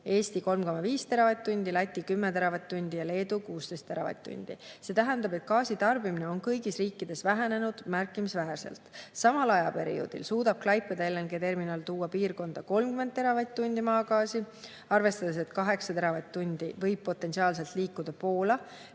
Eestil 3,5 teravatt-tundi, Lätil 10 teravatt-tundi ja Leedul 16 teravatt-tundi. See tähendab, et gaasi tarbimine on kõigis riikides vähenenud märkimisväärselt. Samal ajaperioodil suudab Klaipeda LNG-terminal tuua piirkonda 30 teravatt-tundi maagaasi, arvestades, et 8 teravatt-tundi võib potentsiaalselt liikuda Poola.